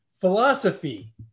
Philosophy